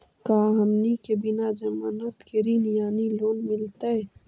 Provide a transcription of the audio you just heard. का हमनी के बिना जमानत के ऋण यानी लोन मिलतई?